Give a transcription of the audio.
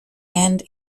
and